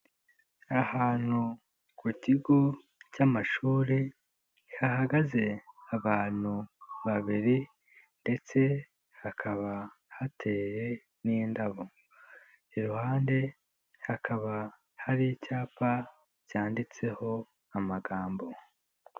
Ahantu ku kigo cy'amashuri hahagaze abantu babiri ndetse hakaba hateye n'indabo iruhande hakaba hari icyapa cyanditseho amagambo.